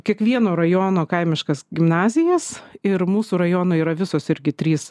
kiekvieno rajono kaimiškas gimnazijas ir mūsų rajono yra visos irgi trys